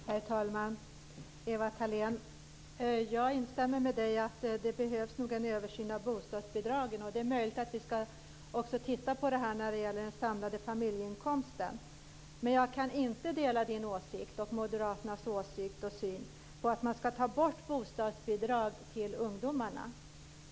Fru talman! Ewa Thalén Finné! Jag instämmer i att det nog behövs en översyn av bostadsbidragen. Och det är också möjligt att vi skall titta på det här när det gäller den samlade familjeinkomsten. Men jag kan inte dela din och Moderaternas åsikt och syn på att man skall ta bort bostadsbidrag till ungdomarna.